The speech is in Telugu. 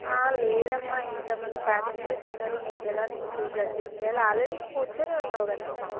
లేదమ్మా ఇంతమంది పాసెంజర్స్ ఉన్నారు నీకెలా నేను సీట్ అడ్జస్ట్ చేయాలి ఆల్రెడీ నువ్వు కూర్చునే ఉన్నావ్ కదమ్మా